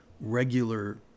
regular